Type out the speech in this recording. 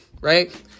right